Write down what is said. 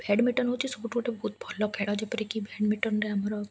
badminton ହେଉଛି ସବୁଠୁ ଗୋଟେ ଭଲ ଖେଳ ଯେପରି କି ବ୍ୟାଡ଼ମିଟନ୍ରେ ଆମର